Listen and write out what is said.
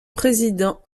président